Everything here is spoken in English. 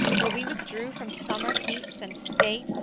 where we withdrew from summer heats and state,